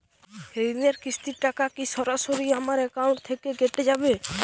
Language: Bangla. ঋণের কিস্তির টাকা কি সরাসরি আমার অ্যাকাউন্ট থেকে কেটে যাবে?